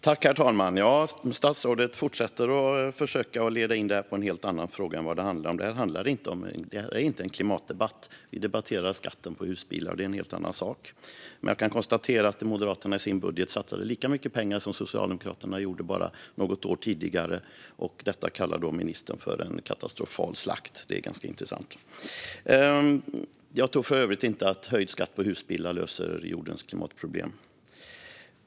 Herr talman! Statsrådet fortsätter att försöka leda in detta på något helt annat än vad det handlar om. Det här är ingen klimatdebatt, utan vi debatterar skatten på husbilar. I sin budget satsade Moderaterna lika mycket pengar som Socialdemokraterna gjorde bara något år tidigare. Att ministern kallar detta för en katastrofal slakt är ganska intressant. Jag tror för övrigt inte att höjd skatt på husbilar löser jordens klimatproblem.